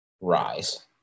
rise